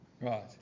right